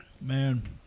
man